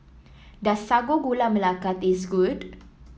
does Sago Gula Melaka taste good